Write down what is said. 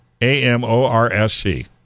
A-M-O-R-S-C